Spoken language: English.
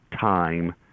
time